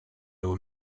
were